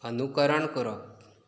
अनुकरण करप